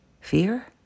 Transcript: Fear